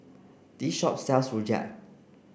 this shop sells Rojak